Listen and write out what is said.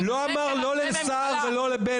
לא בך ולא בך.